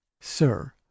Sir